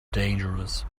dangerous